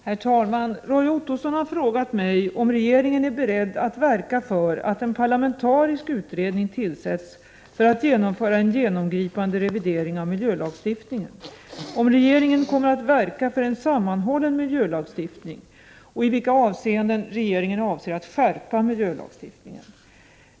Herr talman! Roy Ottosson har frågat mig om regeringen är beredd att verka för att en parlamentarisk utredning tillsätts för att genomföra en genomgripande revidering av miljölagstiftningen, om regeringen kommer att verka för en sammanhållen miljölagstiftning och i vilka avseenden regeringen avser att skärpa miljölagstiftningen.